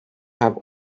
have